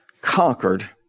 conquered